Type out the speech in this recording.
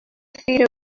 feet